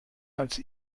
als